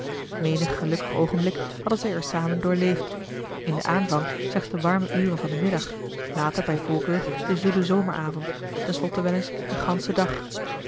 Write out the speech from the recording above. menig gelukkig oogenblik hadden zij er samen doorleefd in den aanvang slechts de warme uren van den middag later bij voorkeur den zoelen zomeravond ten slotte wel eens den ganschen dag